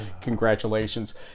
Congratulations